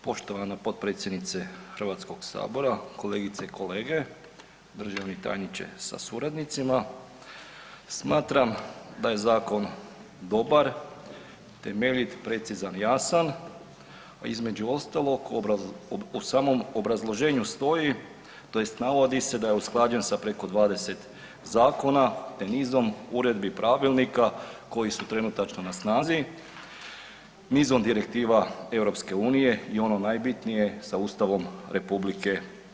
Poštovana potpredsjednice Hrvatskog sabora, kolegice i kolege, državni tajniče sa suradnicima, smatram da je zakon dobar, temeljit, precizan i jasan, a između ostalog u samom obrazloženju stoji tj. navodi da je usklađen sa preko 20 zakona te nizom uredbi i pravilnika koji su trenutačno na snazi, nizom direktiva EU i ono najbitnije sa Ustavom RH.